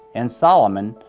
and solomon,